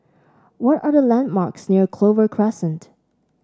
what are the landmarks near Clover Crescent